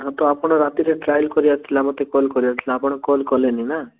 ହଁ ତ ଆପଣ ରାତିରେ ଟ୍ରାଏଲ୍ କରିବାର ଥିଲା ମୋତେ କଲ୍ କରିବାର ଥିଲା ଆପଣ କଲ୍ କଲେନି ନା